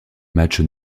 matches